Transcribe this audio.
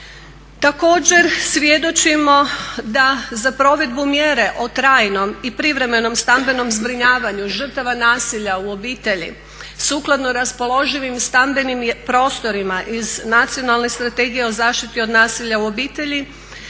Također svjedočimo da za provedbu mjere o trajnom i privremenom stambenom zbrinjavanju žrtava nasilja u obitelji sukladno raspoloživim stambenim prostorima iz Nacionalne strategije o zaštiti od nasilja u obitelji